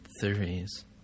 theories